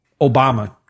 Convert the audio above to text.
Obama